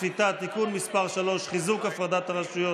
השפיטה (תיקון מס' 3) (חיזוק הפרדת הרשויות).